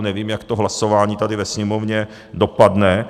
Nevím, jak to hlasování tady ve Sněmovně dopadne.